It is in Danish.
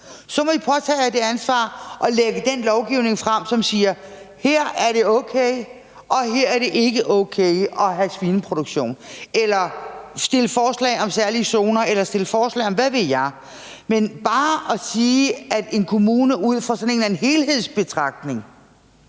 så må I jo påtage jer det ansvar at lægge den lovgivning frem, som siger: Her er det okay, og der er det ikke okay at have svineproduktion. Eller man må fremsætte forslag om særlige zoner eller fremsætte forslag om hvad ved jeg. Men bare at sige, at en kommune kan gøre det ud fra sådan en eller anden